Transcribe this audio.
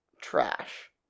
Trash